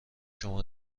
شما